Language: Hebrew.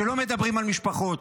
שלא מדברים על משפחות,